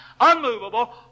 unmovable